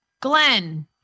Glenn